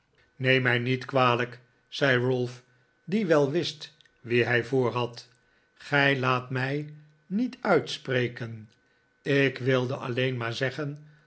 neem mij niet kwalijk zei ralph die wel wist wien hij voorhad gij laat mij niet uitspreken ik wilde alleen maar zeggen